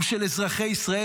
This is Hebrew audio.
הוא של אזרחי ישראל,